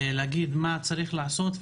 להגיד מה צריך לעשות,